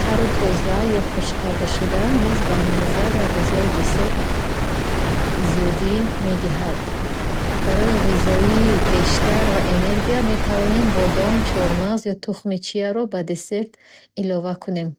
тару тоза ё хушккардашуда низ ба мазза ва ғизоии десерт зиёдӣ медиҳад. Барои ғизоии бештар ва энергия, метавонем бодом, чормағз ё тухми чияро ба десерт илова кунем.